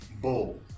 Bull